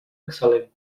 excel·lent